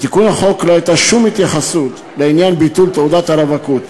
בתיקון החוק לא הייתה שום התייחסות לעניין ביטול תעודת הרווקות.